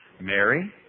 Mary